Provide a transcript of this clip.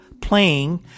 playing